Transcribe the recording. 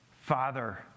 Father